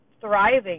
thriving